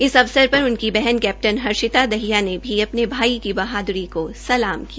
इस अवसर पर उनकी बहन कैप्टन हर्षिता दहिया ने अपने भाई की बहादुरी को सलाम किया